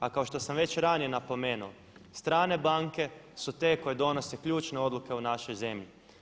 A kao što sam već ranije napomenuo, stranke banke su te koje donose ključne odluke u našoj zemlji.